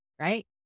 right